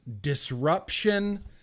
Disruption